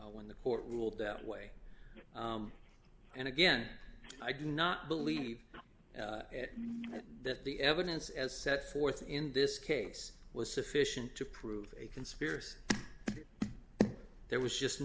improper when the court ruled that way and again i do not believe that the evidence as set forth in this case was sufficient to prove a conspiracy there was just